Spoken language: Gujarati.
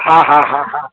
હા હા હા હા